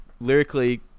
lyrically